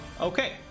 Okay